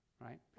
right